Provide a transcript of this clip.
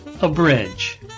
Abridge